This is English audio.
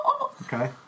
Okay